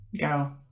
go